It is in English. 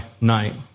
night